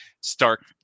stark